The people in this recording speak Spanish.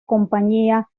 compañía